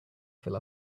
fill